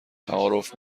تعارف